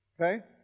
okay